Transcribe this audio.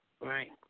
right